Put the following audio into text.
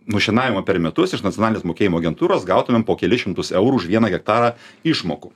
nušienavimą per metus iš nacionalinės mokėjimų agentūros gautumėm po kelis šimtus eurų už vieną hektarą išmokų